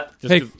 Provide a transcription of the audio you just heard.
Hey